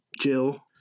Jill